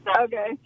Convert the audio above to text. Okay